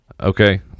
okay